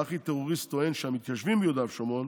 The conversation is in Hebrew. הארכי-טרוריסט טוען שהמתיישבים ביהודה ושומרון